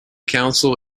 council